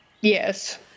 Yes